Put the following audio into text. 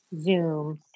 zoom